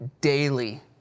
daily